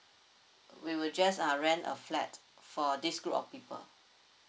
we will just uh rent a flat for this group of people